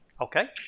Okay